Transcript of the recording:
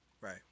Right